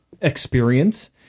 experience